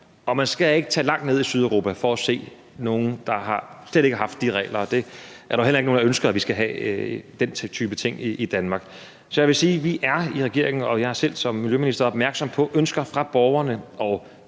Man skal ikke tage langt ned i Sydeuropa for at se nogle, der slet ikke har haft de her regler, og der er heller ikke nogen, der ønsker, at vi skal have den type ting i Danmark. Så jeg vil sige, at vi i regeringen og jeg selv som miljøminister er opmærksomme på ønsker fra borgerne,